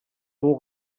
дуу